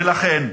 ולכן,